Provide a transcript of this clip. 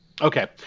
Okay